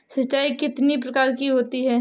सिंचाई कितनी प्रकार की होती हैं?